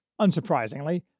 unsurprisingly